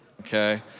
okay